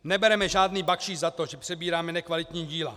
Nebereme žádný bakšiš za to, že přebíráme nekvalitní díla.